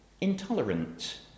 intolerant